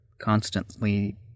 constantly